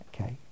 Okay